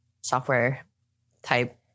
software-type